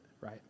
right